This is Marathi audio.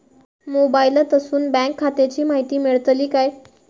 मोबाईलातसून बँक खात्याची माहिती मेळतली काय?